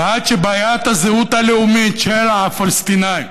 עד שבעיית הזהות הלאומית של הפלסטינים